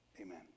amen